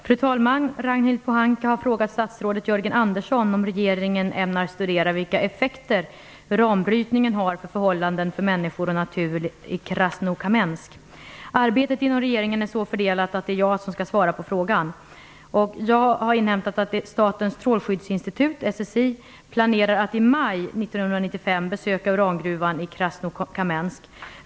Fru talman! Ragnhild Pohanka har frågat statsrådet Jörgen Andersson om regeringen ämnar studera vilka effekter uranbrytningen har för förhållanden för människor och natur i Krasnokamensk. Arbetet inom regeringen är så fördelat att det är jag som skall svara på frågan. Jag har inhämtat att Statens strålskyddsinstitut, SSI, planerar att i maj 1995 besöka urangruvan i Krasnokamensk.